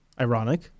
Ironic